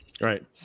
Right